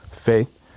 Faith